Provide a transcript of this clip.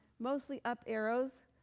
mostly up arrows.